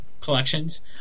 collections